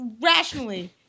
rationally